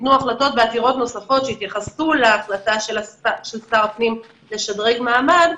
ניתנו החלטות בעתירות נוספות שהתייחסו להחלטה של שר הפנים לשדרג מעמד,